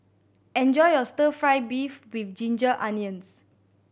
enjoy your Stir Fry beef with ginger onions